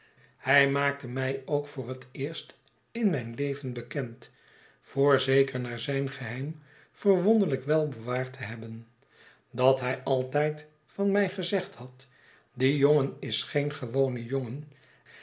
hij maakte mij ook voor het eerst in mijn leven bekend voorzeker na zijn geheim verwonderlijk wel bewaard te hebben dat hij altijd van mij gezegd had die jongen is geen gewone jongen